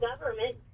government